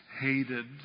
hated